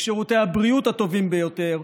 לשירותי הבריאות הטובים ביותר,